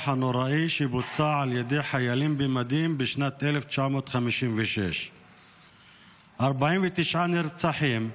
הנוראי שבוצע על ידי חיילים במדים בשנת 1956. 49 נרצחים,